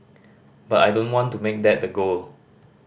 but I don't want to make that the goal